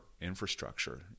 infrastructure